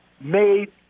made